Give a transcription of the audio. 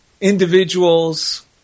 individuals